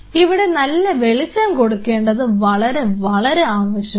ഇവിടെ നല്ല വെളിച്ചം കൊടുക്കേണ്ടത് വളരെ വളരെ ആവശ്യമാണ്